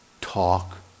Talk